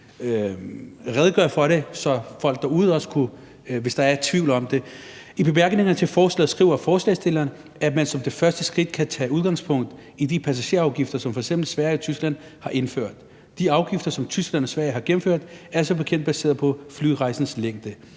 redegøre for det, så folk derude også kunne høre det, hvis der er tvivl om det. I bemærkningerne til forslaget skriver forslagstillerne, at man som det første skridt kan tage udgangspunkt i de passagerafgifter, som f.eks. Sverige og Tyskland har indført. De afgifter, som Tyskland og Sverige har gennemført, er som bekendt baseret på flyrejsens længde,